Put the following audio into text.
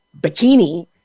bikini